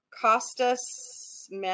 Costas